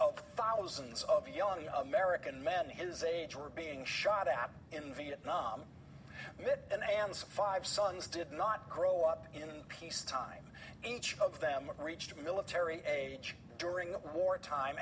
of thousands of young american men his age were being shot at in vietnam and i am five saudis did not grow up in peace time each of them reached military age during the war time